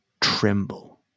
tremble